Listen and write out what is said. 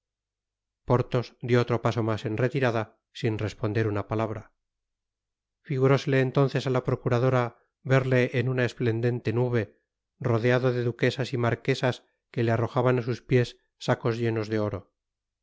porthos dió otro paso mas en retirada sin responder una palabra figurósele entonces á la procuradora verle en una esplendente nube rodeado de duquesas y marquesas que le arrojaban á sus pies sacos llenos de oro